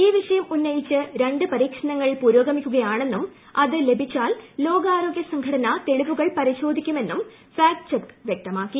ഈ വിഷയം ഉന്നയിച്ച് രണ്ട് പരീക്ഷണങ്ങൾ പുരോഗമിക്കുകയാണെന്നും ലഭിച്ചാൽ അത് ലോകാരോഗൃസംഘടന തെളിവുകൾ പരിശോധിക്കുമെന്നും ഫാക്ട് ചെക്ക് വ്യക്തമാക്കി